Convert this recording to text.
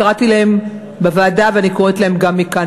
קראתי להם בוועדה ואני קוראת להם מכאן,